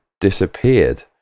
disappeared